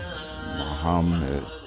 Muhammad